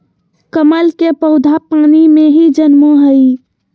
कमल के पौधा पानी में ही जन्मो हइ